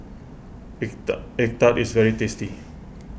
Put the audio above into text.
Egg Egg Tart Tart is very tasty